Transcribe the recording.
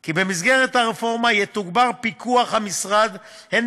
כי במסגרת הרפורמה יתוגבר פיקוח המשרד הן